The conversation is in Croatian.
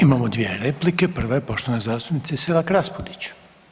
Imamo dvije replike, prva je poštovane zastupnice Selak Raspudić.